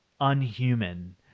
unhuman